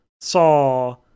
saw